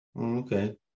Okay